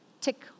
tick